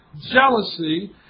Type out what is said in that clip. jealousy